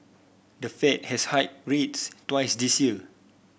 the Fed has hiked rates twice this year